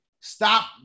stop